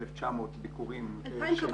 היום 1,900 ביקורים --- 2,000 כוונות.